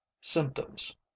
symptoms